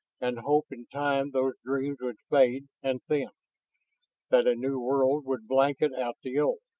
and hope in time those dreams would fade and thin that a new world would blanket out the old.